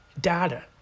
data